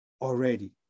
already